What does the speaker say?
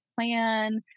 plan